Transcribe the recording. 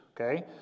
okay